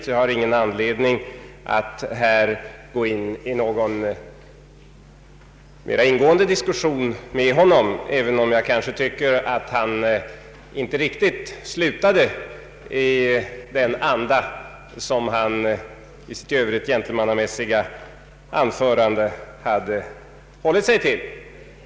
Jag har alltså ingen anledning att här gå in på någon mer ingående diskussion med honom, även om jag tycker att han inte riktigt slutade i den anda som han i sitt i övrigt gentlemannamässiga anförande hade hållit sig till.